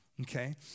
Okay